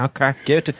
Okay